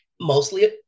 mostly